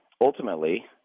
Ultimately